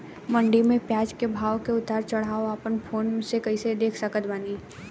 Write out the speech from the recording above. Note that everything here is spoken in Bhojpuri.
मंडी मे प्याज के भाव के उतार चढ़ाव अपना फोन से कइसे देख सकत बानी?